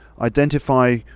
Identify